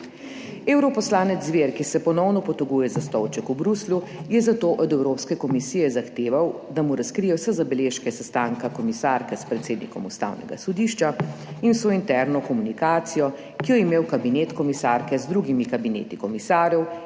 Evroposlanec Zver, ki se ponovno poteguje za stolček v Bruslju, je zato od Evropske komisije zahteval, da mu razkrije vse zabeležke sestanka komisarke s predsednikom ustavnega sodišča in sointerno komunikacijo, ki jo je imel kabinet komisarke z drugimi kabineti komisarjev